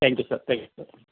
thank you sir thank you sir